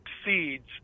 exceeds